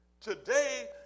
today